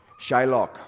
Shylock